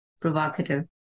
provocative